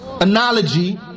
analogy